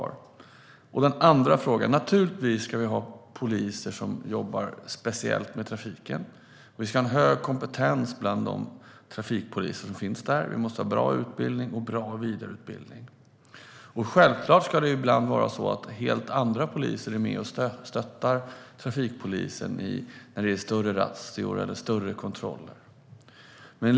När det gäller den andra frågan ska vi naturligtvis ha poliser som jobbar speciellt med trafiken. Det ska vara en hög kompetens bland dessa trafikpoliser. Utbildningen och vidareutbildningen ska vara bra. Självklart ska helt andra poliser ibland vara med och stötta trafikpolisen när det är större razzior eller omfattande kontroller.